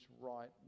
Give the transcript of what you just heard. right